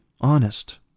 honest